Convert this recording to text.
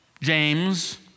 James